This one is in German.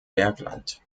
bergland